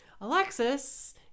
Alexis